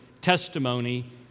testimony